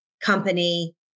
company